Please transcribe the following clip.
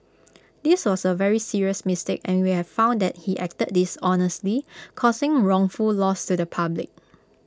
this was A serious mistake and we have found that he acted dishonestly causing wrongful loss to the public